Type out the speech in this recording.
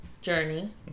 Journey